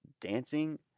dancing